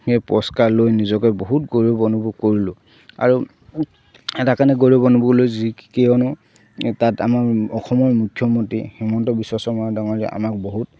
সেই পুৰস্কাৰ লৈ নিজকে বহুত গৌৰৱ অনুভৱ কৰিলোঁ আৰু এটা কাৰণে গৌৰৱ যি কিয়নো তাত আমাৰ অসমৰ মুখ্যমন্ত্ৰী হিমন্ত বিশ্ব শৰ্মা ডাঙৰীয়াই আমাক বহুত